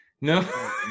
No